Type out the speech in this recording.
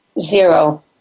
Zero